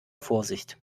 vorsicht